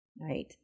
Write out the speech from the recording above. right